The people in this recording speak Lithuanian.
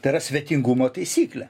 tai yra svetingumo taisyklė